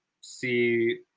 see